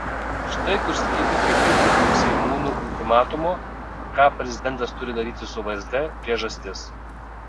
štai kur slypi kai kurių seimūnų ultimatumo ką prezidentas turi daryti su vsd priežastis